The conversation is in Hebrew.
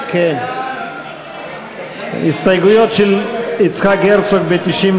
כן, ההסתייגויות של יצחק הרצוג ב-92